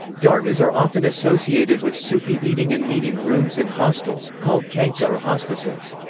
dargahs are often associated with sufi eating and meeting rooms and hostels, called khanqah or hospices.